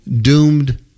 doomed